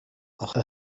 آخه